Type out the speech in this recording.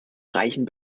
reichen